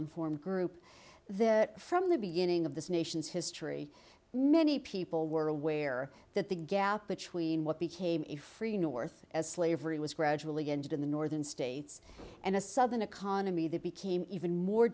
informed group that from the beginning of this nation's history many people were aware that the gap between what became a free north as slavery was gradually ended in the northern states and a southern economy that became even more